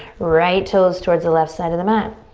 right toes towards the left side of the mat.